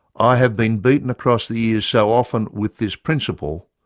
i have been beaten across the ears so often with this principle,